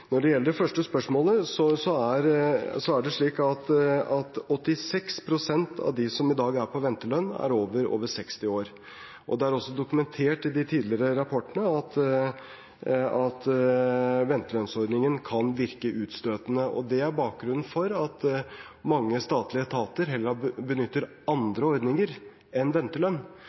Når det gjelder det første spørsmålet, er det slik at 86 pst. av dem som i dag er på ventelønn, er over 60 år. Det er også dokumentert i de tidligere rapportene at ventelønnsordningen kan virke utstøtende, og det er bakgrunnen for at mange statlige etater heller benytter